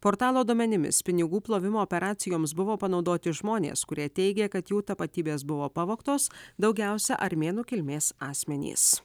portalo duomenimis pinigų plovimo operacijoms buvo panaudoti žmonės kurie teigė kad jų tapatybės buvo pavogtos daugiausia armėnų kilmės asmenys